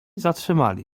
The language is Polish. zatrzymali